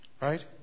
right